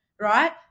right